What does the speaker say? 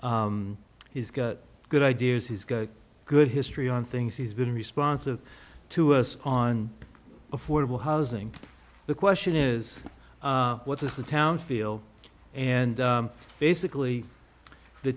he's got good ideas he's got a good history on things he's been responsive to us on affordable housing the question is what does the town feel and basically the